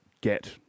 get